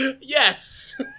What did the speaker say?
Yes